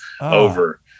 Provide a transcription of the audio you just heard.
over